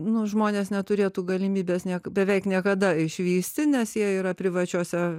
nu žmonės neturėtų galimybės beveik niekada išvysti nes jie yra privačiose